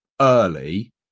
early